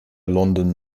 london